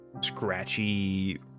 scratchy